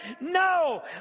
No